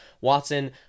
Watson